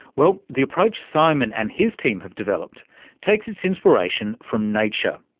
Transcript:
well, the approach simon and his team have developed takes its inspiration from nature,